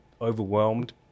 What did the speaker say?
overwhelmed